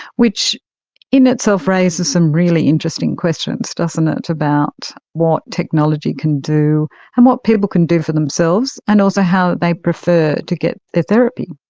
which in itself raises some really interesting questions, doesn't it, about what technology can do and what people can do for themselves and also how they prefer to get their therapy.